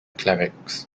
clerics